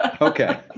Okay